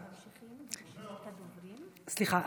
סליחה.